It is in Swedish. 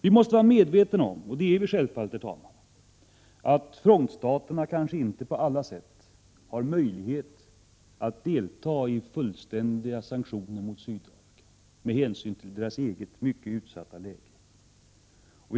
Vi måste vara medvetna om att frontstaterna kanske inte på alla sätt har möjlighet att delta i fullständiga sanktioner mot Sydafrika med hänsyn till deras mycket utsatta läge.